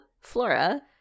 Flora